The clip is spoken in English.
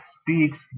speaks